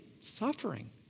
suffering